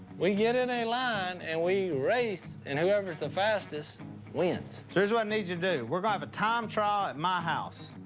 we get in a line and we race and whoever's the fastest wins. here's what i need you to do. we're gonna have a time trial at my house.